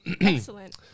Excellent